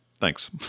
thanks